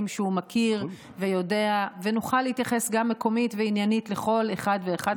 שהוא מכיר ויודע ונוכל להתייחס גם מקומית ועניינית לכל אחת ואחד מהם.